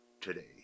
today